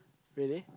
really